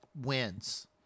wins